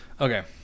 Okay